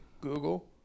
google